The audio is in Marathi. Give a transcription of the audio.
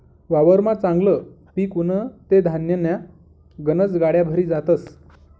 वावरमा चांगलं पिक उनं ते धान्यन्या गनज गाड्या भरी जातस